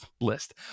list